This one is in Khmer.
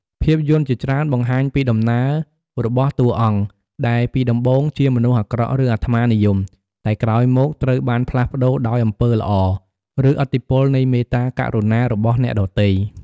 ភាពយន្តជាច្រើនបង្ហាញពីដំណើររបស់តួអង្គដែលពីដំបូងជាមនុស្សអាក្រក់ ឬអាត្មានិយម តែក្រោយមកត្រូវបានផ្លាស់ប្ដូរដោយអំពើល្អ ឬឥទ្ធិពលនៃមេត្តាករុណារបស់អ្នកដទៃ។